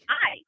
Hi